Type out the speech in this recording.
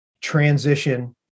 transition